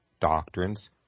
doctrines